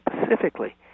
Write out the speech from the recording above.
specifically